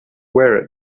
wear